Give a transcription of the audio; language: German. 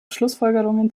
schlussfolgerungen